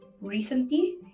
recently